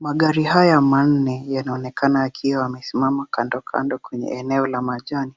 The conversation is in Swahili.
Magari haya manne, yanaonekana yamesimama kando kando kwenye eneo la majani.